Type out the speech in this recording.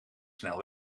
snel